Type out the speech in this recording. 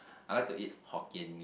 I like to eat Hokkien-Mee